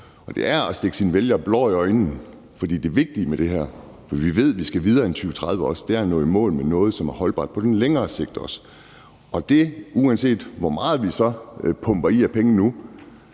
det er at stikke sine vælgere blår i øjnene. For det vigtige her er også, fordi vi også ved, at vi skal nå videre end 2030, at nå i mål med noget, som er holdbart på den længere sigt, og uanset hvor mange penge vi så nu pumper ind i det,